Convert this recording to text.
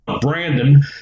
Brandon